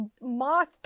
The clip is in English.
moth